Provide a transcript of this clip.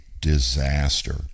disaster